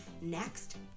Next